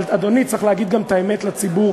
אבל, אדוני, צריך להגיד גם את האמת לציבור,